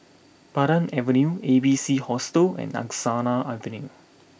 Pandan Avenue A B C Hostel and Angsana Avenue